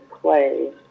play